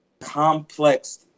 complex